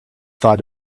thought